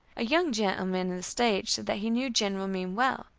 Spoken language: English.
a young gentleman in the stage said that he knew general meem well,